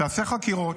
שתעשה חקירות.